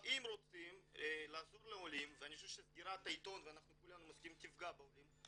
אם רוצים לעזור לעולים וכולנו מסכימים שסגירת העיתון תפגע בעולים,